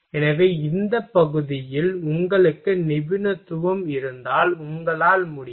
எனவே இந்த பகுதியில் உங்களுக்கு நிபுணத்துவம் இருந்தால் உங்களால் முடியும்